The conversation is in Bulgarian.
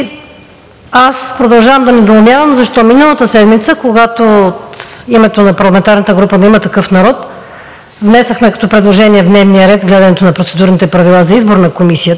аз продължавам да недоумявам защо миналата седмица, когато от името на парламентарната група на „Има такъв народ“ внесохме като предложение в дневния ред разглеждането на Процедурните правила за избор на Комисията,